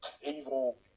evil